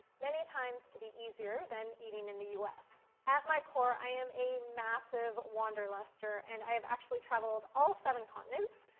many times to be easier than eating in the us. at my core, i am massive wanderluster, and i have actually traveled all seven continents,